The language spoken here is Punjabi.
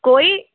ਕੋਈ